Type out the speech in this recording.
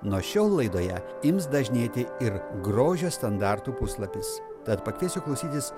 nuo šiol laidoje ims dažnėti ir grožio standartų puslapis tad pakviesiu klausytis